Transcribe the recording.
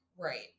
Right